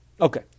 Okay